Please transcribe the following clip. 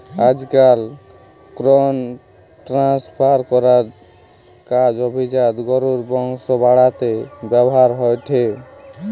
আজকাল ভ্রুন ট্রান্সফার করার কাজ অভিজাত গরুর বংশ বাড়াতে ব্যাভার হয়ঠে